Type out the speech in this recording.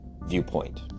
viewpoint